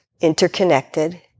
interconnected